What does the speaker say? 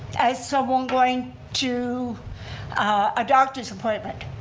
as someone going to a doctor's appointment.